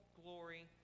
glory